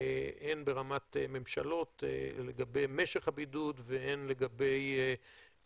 הן ברמת ממשלות לגבי משך הבידוד והן לגבי